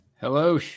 Hello